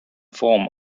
form